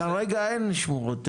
כרגע אין שמורות טבע.